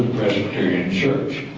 presbyterian church.